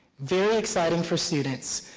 very exciting for students,